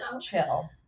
Chill